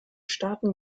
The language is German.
staaten